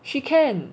she can